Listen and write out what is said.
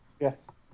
Yes